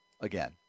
again